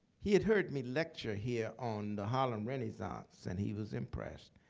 he had heard me lecture here on the harlem renaissance and he was impressed.